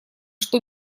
что